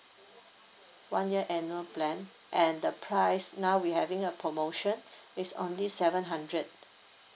one year annual plan and the price now we having a promotion it's only seven hundred